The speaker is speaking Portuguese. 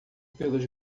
pelos